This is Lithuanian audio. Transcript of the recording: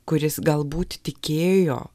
kuris galbūt tikėjo